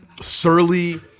surly